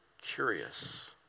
curious